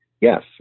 yes